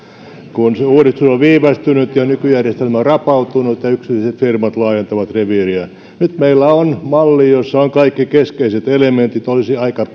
kun se uudistus on on viivästynyt ja nykyjärjestelmä on rapautunut ja yksityiset firmat ovat laajentaneet reviiriään nyt meillä on malli jossa on kaikki keskeiset elementit olisi aika